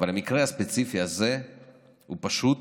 אבל המקרה הספציפי הזה הוא פשוט